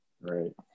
Right